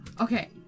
okay